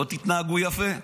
לא תתנהגו יפה,